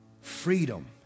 freedom